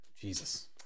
Jesus